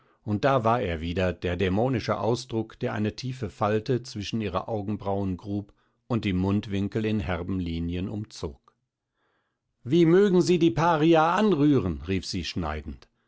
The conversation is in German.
und da war er wieder der dämonische ausdruck der eine tiefe falte zwischen ihre augenbrauen grub und die mundwinkel in herben linien umzog wie mögen sie die paria anrühren rief sie schneidend